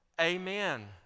amen